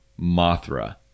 Mothra